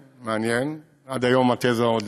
מעניין, עד היום התזה עוד,